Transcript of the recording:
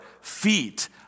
feet